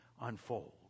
unfold